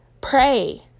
pray